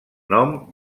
nom